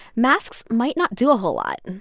masks might not do a whole lot. and